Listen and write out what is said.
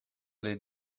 les